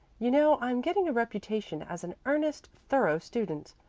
you know i'm getting a reputation as an earnest, thorough student.